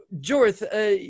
Jorth